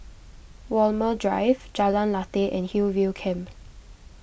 Walmer Drive Jalan Lateh and Hillview Camp